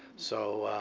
so